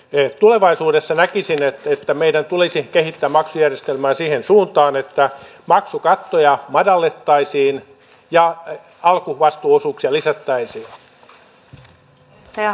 ei tulevaisuudessa näkisin ettei tätä meidän päinvastoin sen tarkoitushan on juuri ylläpitää ihmisten työkykyä ja pitää työttömyysjaksot mahdollisimman lyhyinä